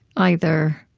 either,